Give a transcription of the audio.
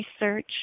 research